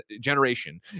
generation